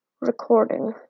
recording